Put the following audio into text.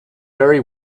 very